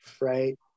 right